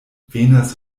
venas